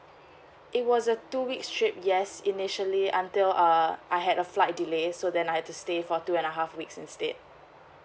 it was a two weeks trip yes initially until uh I had a flight delay so then I have to stay for two and a half weeks instead